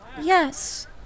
yes